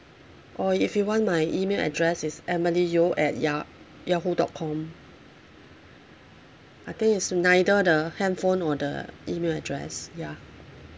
or if you want my email address it's emily yeo at yah~ Yahoo dot com I think it's neither the handphone or the email address ya